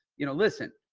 you know, listen,